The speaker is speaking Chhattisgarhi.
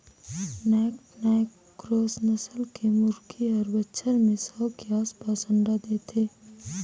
नैक्ड नैक क्रॉस नसल के मुरगी हर बच्छर में सौ के आसपास अंडा देथे